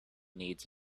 needs